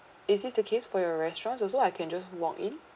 is this the case for your restaurants also I can just walk in